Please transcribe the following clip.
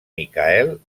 michael